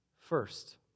first